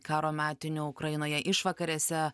karo metinių ukrainoje išvakarėse